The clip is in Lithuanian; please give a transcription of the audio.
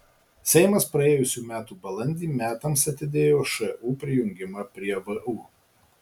seimas praėjusių metų balandį metams atidėjo šu prijungimą prie vu